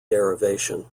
derivation